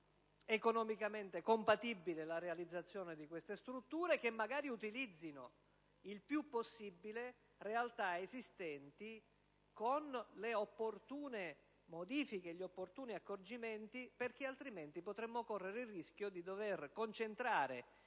economicamente compatibile la realizzazione di queste strutture, che magari utilizzino il più possibile realtà esistenti con le opportune modifiche e gli opportuni accorgimenti. Altrimenti potremmo correre il rischio di dover concentrare